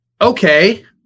Okay